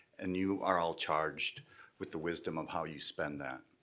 and you are all charged with the wisdom of how you spend that.